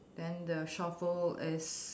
then the shovel is